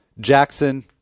Jackson